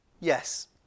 Yes